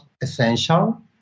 essential